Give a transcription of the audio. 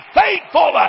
faithful